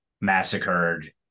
massacred